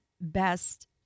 best